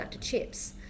chips